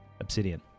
Obsidian